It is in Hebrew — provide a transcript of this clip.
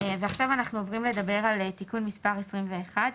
התשפ"ב 2022 אנחנו עוברים לדבר על תיקון מס' 21,